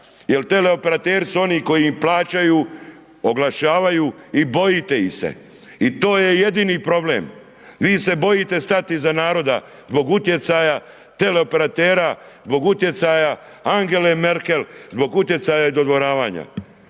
jer teleoperateri su oni koji im plaćaju, oglašavaju i bojite ih se i to je jedini problem, vi se bojite stati iza naroda zbog utjecaja teleoperatera, zbog utjecaja Angele Merkel, zbog utjecaja i dodvoravanja.